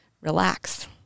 relax